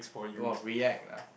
!wah! react lah